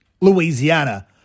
Louisiana